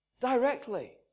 Directly